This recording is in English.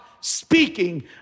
speaking